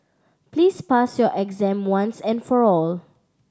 please pass your exam once and for all